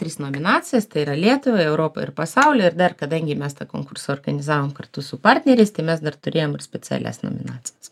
tris nominacijas tai yra lietuvoj europoj ir pasauly ir dar kadangi mes tą konkursą organizavom kartu su partneriais tai mes dar turėjom ir specialias nominacijas